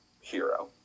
hero